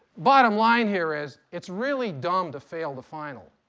bottom line here is it's really dumb to fail the final.